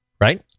right